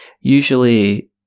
usually